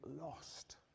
lost